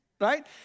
right